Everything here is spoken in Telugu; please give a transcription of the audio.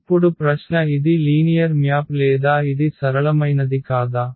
ఇప్పుడు ప్రశ్న ఇది లీనియర్ మ్యాప్ లేదా ఇది సరళమైనది కాదా